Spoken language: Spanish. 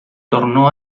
tornó